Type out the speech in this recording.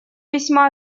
весьма